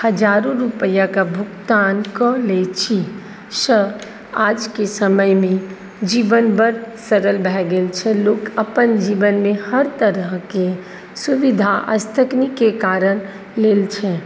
हजारो रुपैआके भुगतान कऽ लै छी सऽ आजके समयमे जीवन बड़ सरल भऽ गेल छै लोक अपन जीवनमे हर तरहके सुविधा आज तकनीकके कारण लेल छै